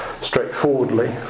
straightforwardly